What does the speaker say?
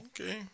Okay